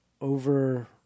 over